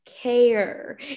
care